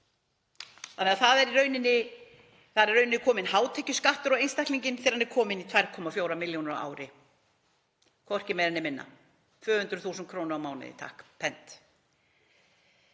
Það er þá í raun kominn hátekjuskattur á einstaklinginn þegar hann er kominn í 2,4 milljónir á ári, hvorki meira né minna, 200.000 kr. á mánuði, takk, pent.